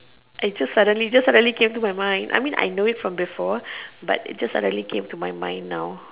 I just suddenly just suddenly came to my mind I mean like I know it from before but it just suddenly came to my mind now